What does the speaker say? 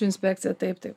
inspekcija taip taip